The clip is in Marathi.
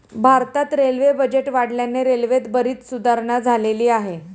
भारतात रेल्वे बजेट वाढल्याने रेल्वेत बरीच सुधारणा झालेली आहे